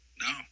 No